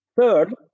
Third